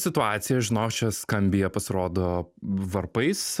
situacija žinok čia skambija pasirodo varpais